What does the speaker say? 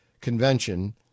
convention